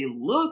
look